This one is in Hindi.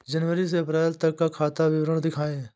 जनवरी से अप्रैल तक का खाता विवरण दिखाए?